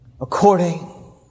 according